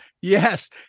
Yes